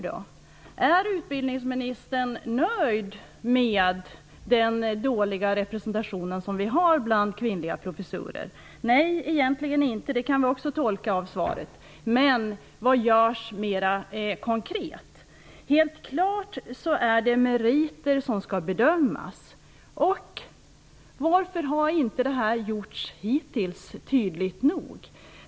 Är utbildningsministern nöjd med den dåliga kvinnorepresentationen som vi har bland professorerna? Nej, det är utbildningsministern egentligen inte. Det kan vi också tolka av svaret. Men vad görs mer konkret? Det är helt klart att det är meriter som skall bedömas. Varför har inte det hittills gjorts tydligt nog?